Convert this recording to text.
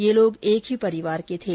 ये लोग एक ही परिवार के थे